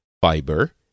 fiber